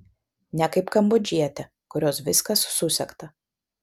ne kaip kambodžietė kurios viskas susegta